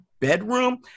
bedroom